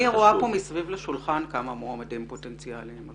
אני רואה פה מסביב לשולחן כמה מועמדים פוטנציאלים.